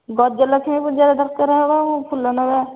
ଗଜଲକ୍ଷ୍ମୀ ପୂଜାରେ ଦରକାର ହେବ ଫୁଲ ନେବା